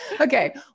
Okay